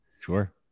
sure